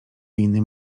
winy